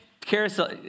Carousel